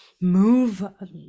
move